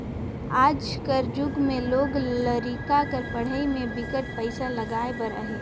आज कर जुग में लोग लरिका कर पढ़ई में बिकट पइसा लगाए बर अहे